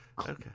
Okay